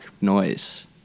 noise